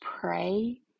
pray